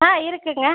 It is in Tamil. ஆ இருக்குங்க